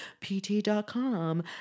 pt.com